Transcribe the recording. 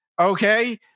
okay